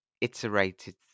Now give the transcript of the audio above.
iterated